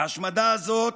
ההשמדה הזאת,